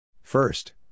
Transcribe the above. First